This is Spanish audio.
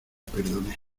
perdoné